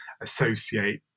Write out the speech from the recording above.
associate